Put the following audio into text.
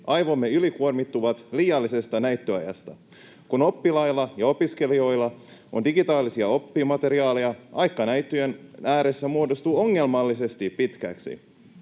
aivomme ylikuormittuvat liiallisesta näyttöajasta. Kun oppilailla ja opiskelijoilla on digitaalisia oppimateriaaleja, aika näyttöjen ääressä muodostuu ongelmallisen pitkäksi.